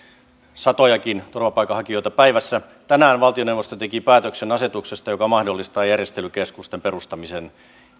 satojakin turvapaikanhakijoita päivässä tänään valtioneuvosto teki päätöksen asetuksesta joka mahdollistaa järjestelykeskusten perustamisen